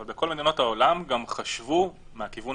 אבל בכל מדינות העולם גם חשבו מהכיוון